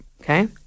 Okay